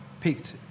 picked